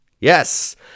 Yes